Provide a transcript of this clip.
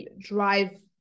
drive